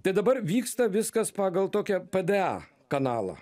tai dabar vyksta viskas pagal tokią pda kanalą